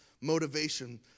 motivation